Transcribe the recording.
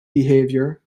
behaviour